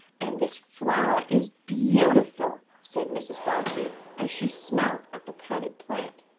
and this flower is beautiful, said mrs. bobbsey as she smelt of the potted plant.